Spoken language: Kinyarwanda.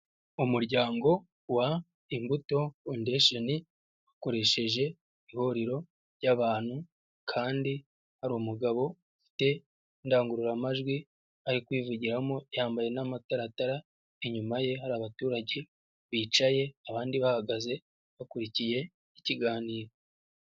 Umuryango wa Imbuto Foundation, bakoresheje ihuriro ry'abantu kandi harimu umugabo ufite indangururamajwi, ari kwivugiramo yambaye n'amataratara, inyuma ye hari abaturage bicaye, abandi bahagaze bakurikiye ikiganiro.